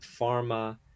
pharma